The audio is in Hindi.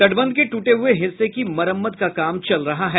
तटबंध के टूटे हुए हिस्से की मरम्मत का काम चल रहा है